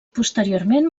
posteriorment